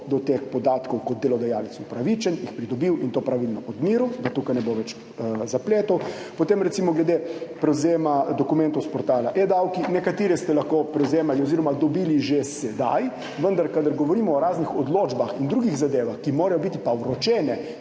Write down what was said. do teh podatkov kot delodajalec upravičen, jih pridobil in to pravilno odmeril, da tukaj ne bo več zapletov. Potem recimo glede prevzema dokumentov s portala eDavki. Nekatere ste lahko prevzemali oziroma dobili že sedaj, vendar pa, kadar govorimo o raznih odločbah in drugih zadevah, ki morajo biti vročene,